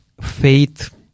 faith